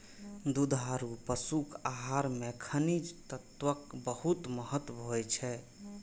दुधारू पशुक आहार मे खनिज तत्वक बहुत महत्व होइ छै